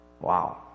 Wow